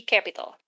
Capital